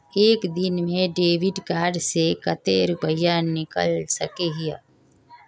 एक दिन में डेबिट कार्ड से कते रुपया निकल सके हिये?